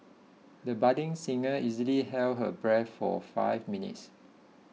the budding singer easily held her breath for five minutes